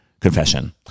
confession